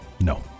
No